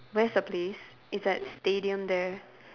where's the place it's at stadium there